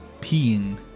peeing